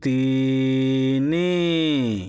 ତିନି